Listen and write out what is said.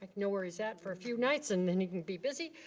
like know where he's at for a few nights and then he can be busy.